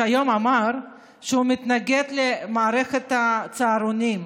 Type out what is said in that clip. שהיום אמר שהוא מתנגד למערכת הצהרונים.